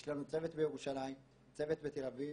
יש לנו צוות בירושלים, צוות בתל אביב